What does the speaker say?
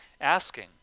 asking